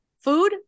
food